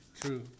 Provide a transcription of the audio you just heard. True